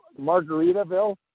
Margaritaville